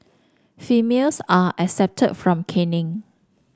females are excepted from caning